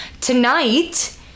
tonight